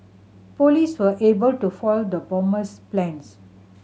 police were able to foil the bomber's plans